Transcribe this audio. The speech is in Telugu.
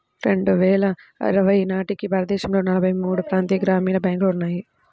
రెండు వేల ఇరవై నాటికి భారతదేశంలో నలభై మూడు ప్రాంతీయ గ్రామీణ బ్యాంకులు ఉన్నాయి